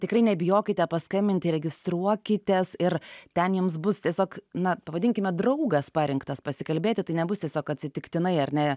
tikrai nebijokite paskambinti ir registruokitės ir ten jums bus tiesiog na pavadinkime draugas parinktas pasikalbėti tai nebus tiesiog atsitiktinai ar ne